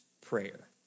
prayer